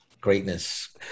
greatness